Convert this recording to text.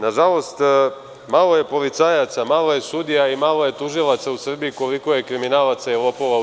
Nažalost, malo je policajaca, malo je sudija, malo je tužilaca u Srbiji koliko je kriminalaca i lopova u DS.